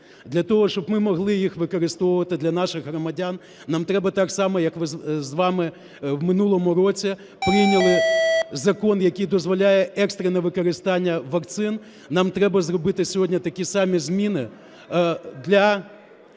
Для того, щоб ми могли їх використовувати для наших громадян, нам треба так само, як ми з вами в минулому році прийняли закон, який дозволяє екстрене використання вакцин, нам треба зробити сьогодні такі самі зміни